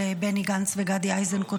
של בני גנץ וגדי איזנקוט,